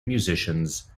musicians